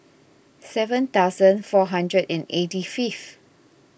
seven thousand four hundred and eighty fifth